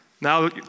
Now